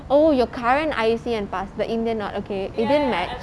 oh your current I_C and pass the indian [one] not okay it didn't match